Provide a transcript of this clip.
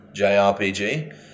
JRPG